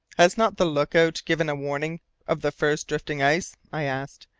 has not the look-out given warning of the first drifting ice? i asked.